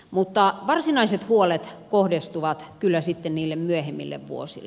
mutta varsinaiset huolet kohdistuvat kyllä sitten niille myöhemmille vuosille